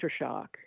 aftershock